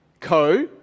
Co